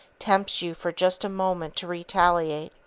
tempts you for just a moment to retaliate,